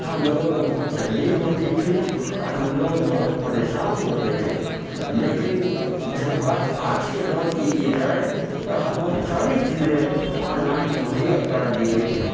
ہم لوگوں کو بہت تکلیف ہوتی تھی اور ہم لوگ بہت پریشان ہوتے تھے لیکن جب بات آج کے دور کی کی جائے تو اب وہ ساری چیزیں آنلائن مہیا کرا دی گئی ہیں